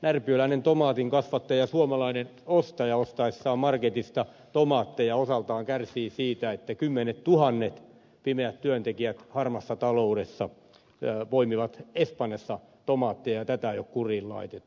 närpiöläinen tomaatin kasvattaja ja suomalainen ostaja ostaessaan marketista tomaatteja osaltaan kärsivät siitä että kymmenettuhannet pimeät työntekijät harmaassa taloudessa poimivat espanjassa tomaatteja ja tätä ei ole kuriin laitettu